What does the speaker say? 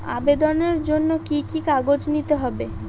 আবেদনের জন্য কি কি কাগজ নিতে হবে?